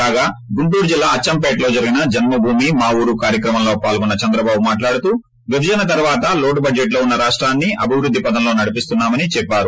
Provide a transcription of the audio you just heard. కాగా గుంటూరు జిల్లా అచ్చంపేటలో జరిగిన జన్మభూమి మాఊరు కార్యక్రమంలో పాల్గొన్న చంద్రబాబు మాట్లాడుతూ విభజన తర్వాత లోటు ్ బడ్లెట్ లో ఉన్న రాష్టాన్ని అభివృద్ది పధంలో నడిపిస్తున్నా మని చెప్పారు